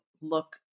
look